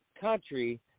Country